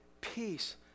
peace